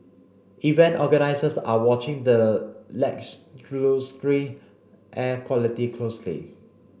event organisers are watching the air quality closely